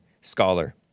scholar